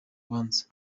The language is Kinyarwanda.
rubanza